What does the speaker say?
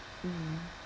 mm